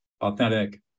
authentic